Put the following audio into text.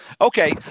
Okay